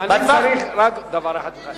אני צריך רק דבר אחד ממך,